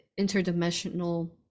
interdimensional